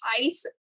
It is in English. ice